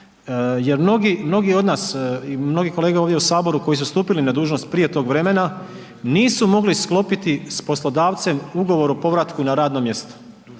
jer mnogi od nas i mnogi kolege ovdje u saboru koji su stupili na dužnost prije tog vremena nisu mogli sklopiti s poslodavcem ugovor o povratku na radno mjesto.